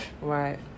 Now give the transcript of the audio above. Right